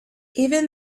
even